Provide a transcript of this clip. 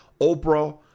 Oprah